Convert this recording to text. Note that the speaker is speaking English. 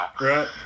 Right